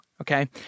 Okay